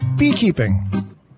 Beekeeping